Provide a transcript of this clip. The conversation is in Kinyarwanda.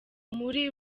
muri